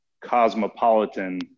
cosmopolitan